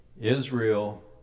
Israel